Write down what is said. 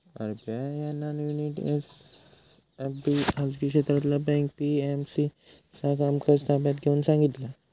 RBI ना Unity SFB खाजगी क्षेत्रातला बँक पी.एम.सी चा कामकाज ताब्यात घेऊन सांगितला